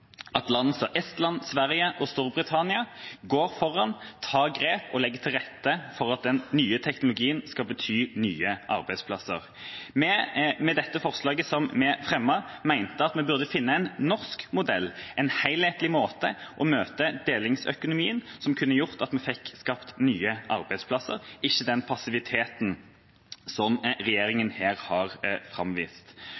Estland, Sverige og Storbritannia går foran, tar grep og legger til rette for at den nye teknologien skal bety nye arbeidsplasser. Med forslaget vi fremmet, mente vi at vi burde finne en norsk modell, en helhetlig måte å møte delingsøkonomien på, som kunne gjort at vi fikk skapt nye arbeidsplasser, ikke den passiviteten som